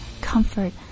comfort